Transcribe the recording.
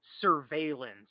surveillance